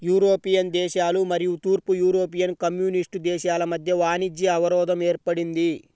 European దేశాలు మరియు తూర్పు యూరోపియన్ కమ్యూనిస్ట్ దేశాల మధ్య వాణిజ్య అవరోధం ఏర్పడింది